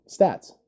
stats